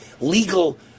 legal